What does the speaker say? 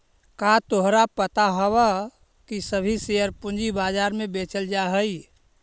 का तोहरा पता हवअ की सभी शेयर पूंजी बाजार में बेचल जा हई